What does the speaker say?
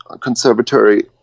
conservatory